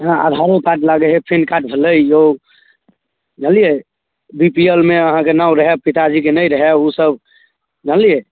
जेना आधारो कार्ड लागै हइ पैन कार्ड भेलै यौ बुझलिए बी पी एल मे अहाँके नाम रहै पिताजीके नहि रहै ओसब जानलिए